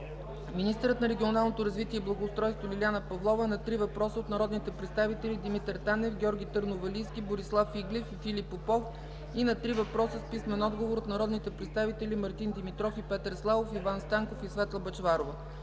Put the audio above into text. министърът на регионалното развитие и благоустройството Лиляна Павлова – на три въпроса от народните представители Димитър Танев; Георги Търновалийски; Борислав Иглев; и Филип Попов, и на три въпроса с писмен отговор от народните представители Мартин Димитров и Петър Славов; Иван Станков; и Светла Бъчварова;